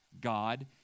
God